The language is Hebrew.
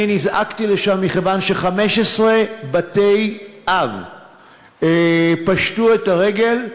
אני נזעקתי לשם מכיוון ש-15 בתי-אב פשטו את הרגל,